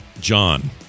john